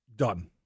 Done